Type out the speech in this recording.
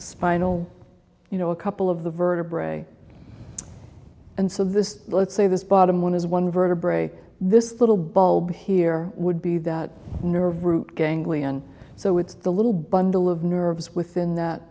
spinal you know a couple of the vertebrae and so this let's say this bottom one is one vertebrae this little bulb here would be that nerve root ganglion so it's the little bundle of nerves within that